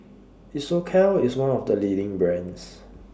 Isocal IS one of The leading brands